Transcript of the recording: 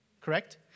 Correct